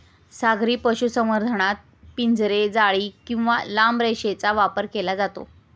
सागरी पशुसंवर्धनात पिंजरे, जाळी किंवा लांब रेषेचा वापर केला जातो